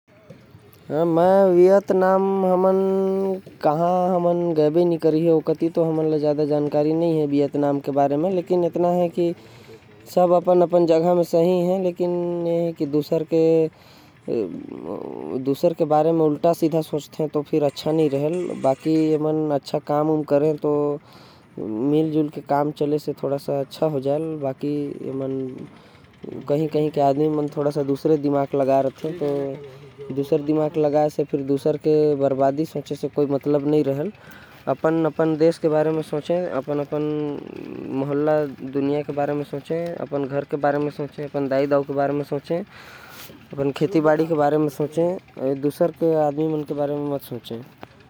वियतनाम हमन कभी गयबे नही करी ही तो का बताबो। सब अपन जगह म ठीक हवे लेकिन सब दूसर के बारे मे उल्टा सोचथे। तो अच्छा नही लगेल बाकी मिल के काम करहि तो अच्छा होही। अपन देश के बारे मे सोचे अपन घर के बारे म सोचे।